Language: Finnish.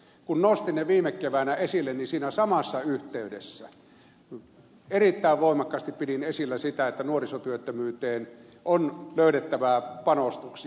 kun nostin ne viime keväänä esille niin siinä samassa yhteydessä erittäin voimakkaasti pidin esillä sitä että nuorisotyöttömyyteen on löydettävä panostuksia